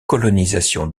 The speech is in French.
colonisation